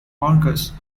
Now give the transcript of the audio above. vargas